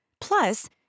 Plus